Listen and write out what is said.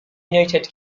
united